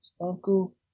Uncle